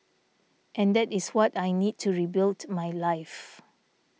and that is what I need to rebuild my life